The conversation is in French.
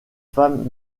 femmes